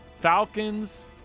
Falcons